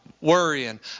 worrying